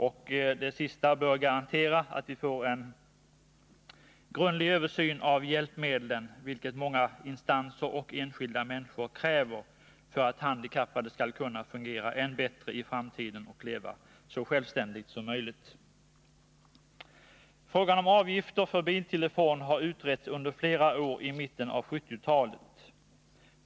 Detta sista bör garantera att vi får en grundlig översyn av hjälpmedlen, vilket många instanser och många människor kräver och vilket också är nödvändigt för att handikappade skall kunna fungera bättre i framtiden och leva så självständigt som möjligt. Frågan om avgifter för biltelefon har utretts under flera år i mitten av 1970-talet.